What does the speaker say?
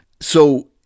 So-